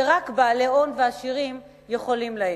שרק בעלי הון ועשירים יכולים להם.